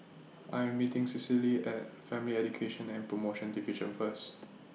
I Am meeting Cicely At Family Education and promotion Division First